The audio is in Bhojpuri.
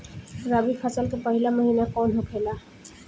रबी फसल के पहिला महिना कौन होखे ला?